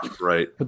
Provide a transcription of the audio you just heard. Right